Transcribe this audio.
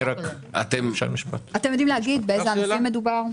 אתם יודעים לומר באילו ענפים מדובר,